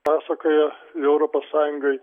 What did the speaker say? pasakojo europos sąjungoj